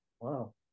Wow